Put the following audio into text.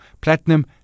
Platinum